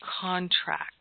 contract